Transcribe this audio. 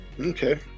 Okay